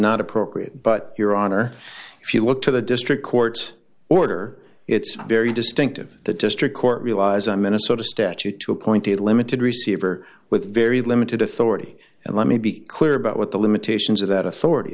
not appropriate but your honor if you look to the district court order it's very distinctive the district court realize a minnesota statute to appoint a limited receiver with very limited authority and let me be clear about what the limitations of that authority